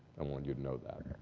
i wanted you to know that.